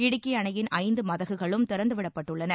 இடுக்கி அணையின் ஐந்து மதகுகளும் திறந்து விடப்பட்டுள்ளன